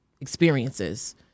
experiences